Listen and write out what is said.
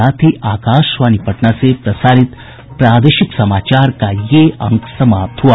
इसके साथ ही आकाशवाणी पटना से प्रसारित प्रादेशिक समाचार का ये अंक समाप्त हुआ